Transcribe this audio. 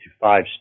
five